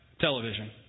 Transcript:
television